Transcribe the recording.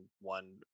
one